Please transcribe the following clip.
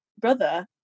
brother